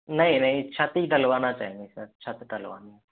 नहीं नहीं छत ही डलवाना चाहेंगे सर छत डलवानी है